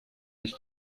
sich